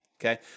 okay